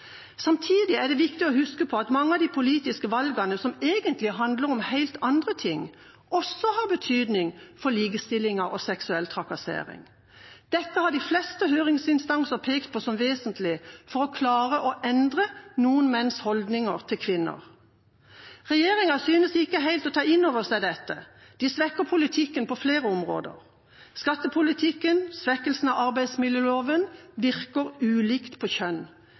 Samtidig er det viktig å huske på at mange av de politiske valgene som egentlig handler om helt andre ting, også har betydning for likestilling og seksuell trakassering. Dette har de fleste høringsinstanser pekt på som vesentlig for å klare å endre noen menns holdninger til kvinner. Regjeringa synes ikke helt å ta inn over seg dette, de svekker politikken på flere områder. Skattepolitikken og svekkelsen av arbeidsmiljøloven virker ulikt på